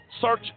search